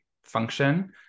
Function